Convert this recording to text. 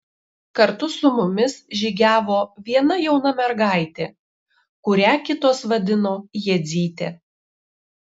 kartu su mumis žygiavo viena jauna mergaitė kurią kitos vadino jadzyte